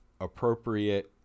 appropriate